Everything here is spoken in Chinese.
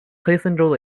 黑森州